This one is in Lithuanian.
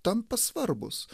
tampa svarbūs